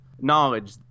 knowledge